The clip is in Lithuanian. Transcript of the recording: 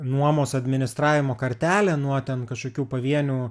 nuomos administravimo kartelę nuo ten kažkokių pavienių